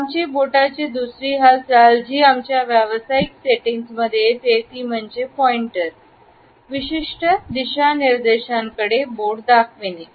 आमची बोटाची दुसरी हालचाल जी आमच्या व्यावसायिक सेटिंग्जमध्ये येते ती म्हणजे पॉईंटर आहे विशिष्ट दिशानिर्देशांकडे बोट दाखविणारे